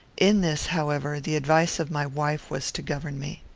in this, however, the advice of my wife was to govern me.